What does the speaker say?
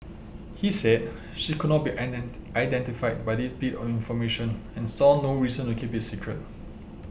he said she could not be identified by this bit of information and saw no reason to keep it secret